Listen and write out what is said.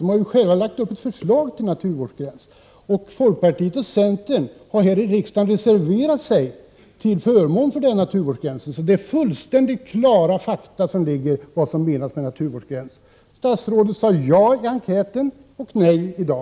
Den har själv lagt fram ett förslag till naturvårdsgräns som folkpartiet och centern har reserverat sig till förmån för här i riksdagen. Det föreligger fullständigt klara fakta om vad som menas med naturvårdsgräns. Statsrådet sade ja i enkäten och nej i dag.